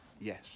Yes